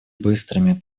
быстрыми